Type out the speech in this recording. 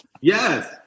Yes